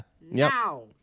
Now